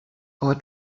our